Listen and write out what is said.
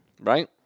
Right